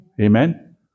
Amen